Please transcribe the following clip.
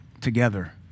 together